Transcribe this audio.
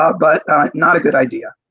ah but not a good idea.